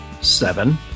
seven